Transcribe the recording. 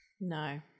No